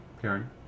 Karen